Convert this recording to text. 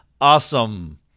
awesome